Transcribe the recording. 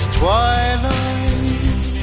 twilight